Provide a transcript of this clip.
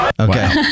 Okay